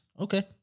Okay